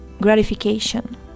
gratification